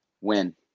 Win